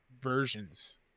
versions